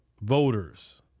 voters